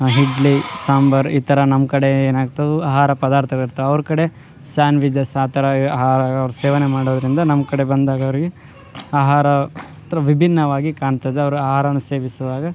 ಇಡ್ಲಿ ಸಾಂಬಾರು ಈ ಥರ ನಮ್ಮ ಕಡೆ ಏನಾಗ್ತವೆ ಆಹಾರ ಪದಾರ್ಥಗಳು ಇರ್ತಾವೆ ಅವ್ರ ಕಡೆ ಸಾಂಡ್ವಿಜಸ್ ಆ ಥರ ಆಹಾರ ಸೇವನೆ ಮಾಡೋದ್ರಿಂದ ನಮ್ಮ ಕಡೆ ಬಂದಾಗ ಅವರಿಗೆ ಆಹಾರ ಒಂಥರ ವಿಭಿನ್ನವಾಗಿ ಕಾಣ್ತದೆ ಅವ್ರು ಆಹಾರವನ್ನು ಸೇವಿಸುವಾಗ